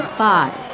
five